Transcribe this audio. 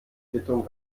quittung